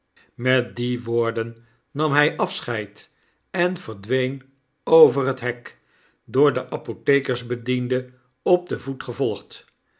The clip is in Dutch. met die woorden nam hjj afscheid en verdween over het hek door den apothekersbediende op den voet gevolgd